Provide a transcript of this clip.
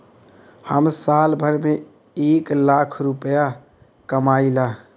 हम साल भर में एक लाख रूपया कमाई ला